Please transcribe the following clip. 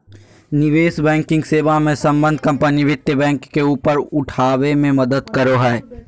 निवेश बैंकिंग सेवा मे सम्बद्ध कम्पनी वित्त बैंक के ऊपर उठाबे मे मदद करो हय